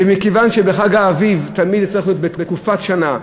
מכיוון שחג האביב תמיד צריך להיות ב"תקופת השנה",